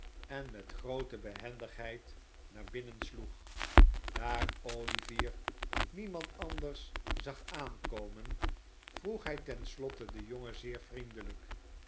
en met groote behendigheid naar binnen sloeg daar olivier niemand anders zag aankomen vroeg hij ten slotte den jongen zeer vriendelijk